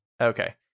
Okay